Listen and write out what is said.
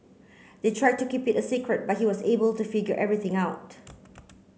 they tried to keep it a secret but he was able to figure everything out